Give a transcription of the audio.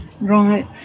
Right